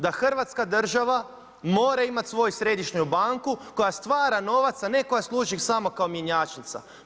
Da Hrvatska država mora imati svoju središnju banku, koja stvara novac, a ne koja služi samo kao mjenjačnica.